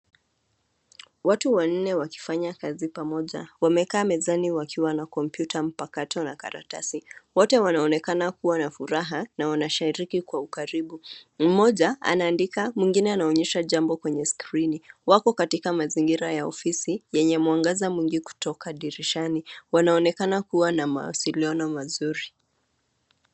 Watu wanne wakifanya kazi pamoja, wamekaa mezani wakiwa na kompyuta mpakato na karatasi. Wote wanaonekana kuwa na furaha, na wanashiriki kwa ukaribu. Mmoja anaandika mwingine anaonyeshwa jambo kwenye skrini. Wako katika mazingira ya ofisi, yenye mwangaza mwingi kutoka dirishani. Wanaonekana kuwa na mawasiliano mazuri.